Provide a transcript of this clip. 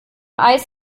eis